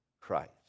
Christ